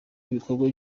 ibikorwa